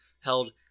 held